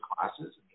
classes